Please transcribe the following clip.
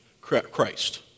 Christ